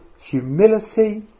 humility